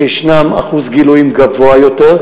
יש אחוז גילויים גבוה יותר,